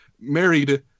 married